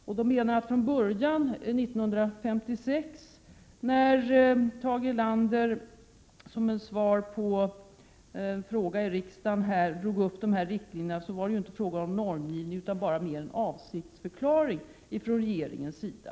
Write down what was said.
Från början, när Tage Erlander 1956 som svar på en fråga i riksdagen drog upp dessa riktlinjer, var det ju inte fråga om normgivning utan mera en avsiktsförklaring från regeringens sida.